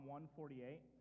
148